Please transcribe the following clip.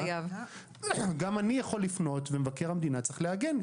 גם אני יכול לפנות ומבקר המדינה צריך להגן,